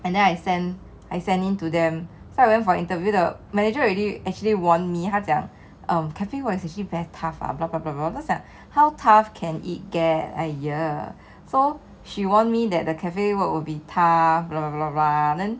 and then I sent I sent in to them so I went for interview the manager already actually warned me 他讲 um cafe work actually very tough ah bla bla 我在想 how tough can it get !aiya! so she warned me that the cafe work will be tough bla bla bla then